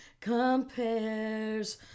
compares